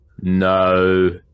No